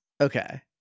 Okay